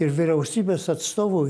ir vyriausybės atstovui